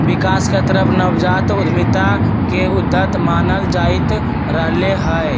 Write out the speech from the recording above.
विकास के तरफ नवजात उद्यमिता के उद्यत मानल जाईंत रहले है